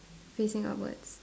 facing upwards